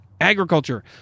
agriculture